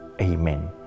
Amen